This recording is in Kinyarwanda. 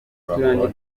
abakoloni